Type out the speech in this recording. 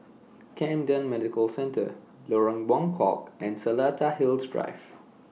Camden Medical Centre Lorong Buangkok and Seletar Hills Drive